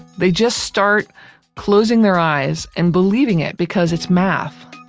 they just start closing their eyes and believing it because it's math.